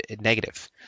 negative